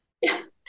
Yes